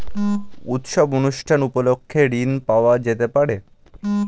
উৎসব অনুষ্ঠান উপলক্ষে ঋণ পাওয়া যেতে পারে?